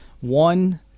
One